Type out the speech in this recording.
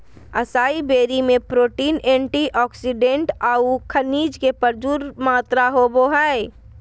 असाई berry में protein, antioxidant औऊ खनिज के प्रचुर मात्रा होबो हइ